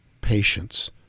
patience